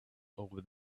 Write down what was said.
over